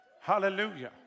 Hallelujah